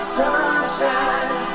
sunshine